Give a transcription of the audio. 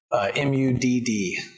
M-U-D-D